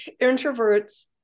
introverts